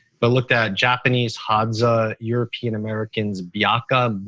but looked at japanese, hadza, european americans, baka,